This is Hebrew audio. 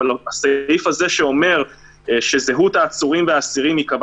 אבל הסעיף הזה שאומר שזהות העצורים והאסירים ייקבע